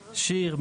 שיר,